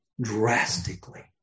drastically